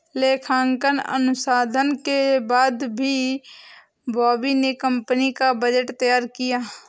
लेखांकन अनुसंधान के बाद ही बॉबी ने कंपनी का बजट तैयार किया